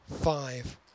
Five